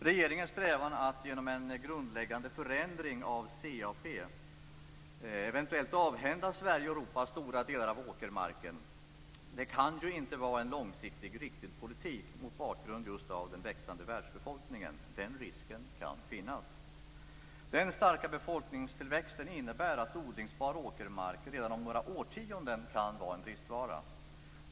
Regeringens strävan att genom en grundläggande förändring av CAP eventuellt avhända Sverige och Europa stora delar av åkermarken kan inte vara en långsiktigt riktig politik mot bakgrund av den växande världsbefolkningen. Den risken kan finnas. Den starka befolkningstillväxten innebär att odlingsbar åkermark redan om några årtionden kan vara en bristvara.